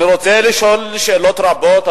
אני רוצה לשאול שאלות רבות,